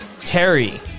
Terry